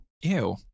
ew